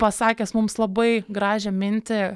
pasakęs mums labai gražią mintį